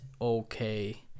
okay